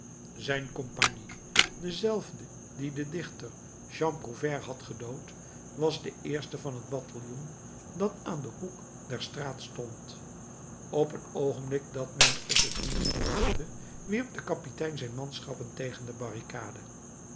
zijn compagnie dezelfde die den dichter jean prouvaire had gedood was de eerste van het bataljon dat aan den hoek der straat stond op een oogenblik dat men t het minst verwachtte wierp de kapitein zijn manschappen tegen de barricade